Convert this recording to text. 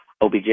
OBJ